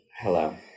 Hello